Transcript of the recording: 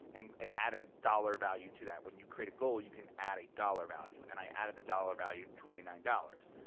and and added a dollar value to that. when you create a goal you can add a dollar value. and i added the dollar value, twenty nine dollars.